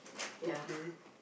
okay